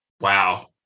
Wow